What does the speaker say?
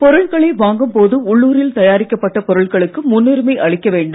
பொருட்களை வாங்கும் போது உள்ளுரில் தயாரிக்கப் பட்ட பொருட்களுக்கு முன்னுரிமை அளிக்க வேண்டும்